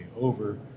over